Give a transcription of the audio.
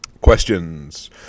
Questions